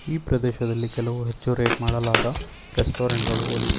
ಈ ಪ್ರದೇಶದಲ್ಲಿ ಕೆಲವು ಹೆಚ್ಚು ರೇಟ್ ಮಾಡಲಾದ ರೆಸ್ಟೋರೆಂಟ್ಗಳು ಒಲಿ